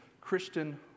Christian